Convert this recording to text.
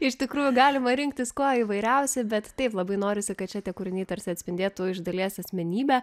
iš tikrųjų galima rinktis kuo įvairiausi bet taip labai norisi kad čia tie kūriniai tarsi atspindėtų iš dalies asmenybę